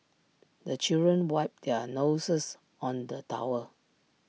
the children wipe their noses on the towel